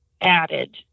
added